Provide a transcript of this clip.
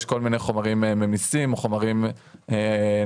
יש כל מיני חומרים ממיסים או חומרים נוספים